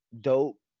dope